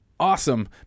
awesome